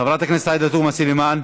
חברת הכנסת עאידה תומא סלימאן.